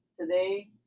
Today